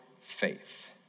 faith